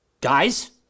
guys